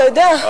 אתה יודע.